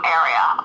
area